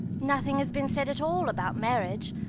nothing has been said at all about marriage.